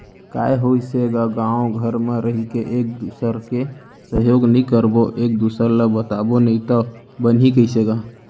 काय होइस हे गा गाँव घर म रहिके एक दूसर के सहयोग नइ करबो एक दूसर ल बताबो नही तव बनही कइसे गा